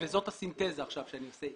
וזאת הסינתזה שאני עושה עכשיו,